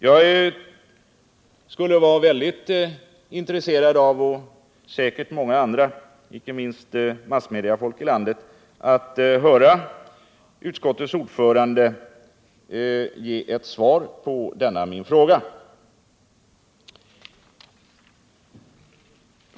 Jag och säkerligen många med mig — inte minst massmediafolk ute i landet — skulle vara mycket intresserade av att höra utskottets ordförande ge ett svar på denna min fråga.